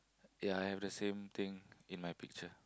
ya I have the same thing in my picture